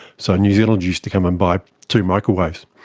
so new zealanders used to come and buy two microwaves,